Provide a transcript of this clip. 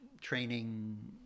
training